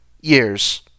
years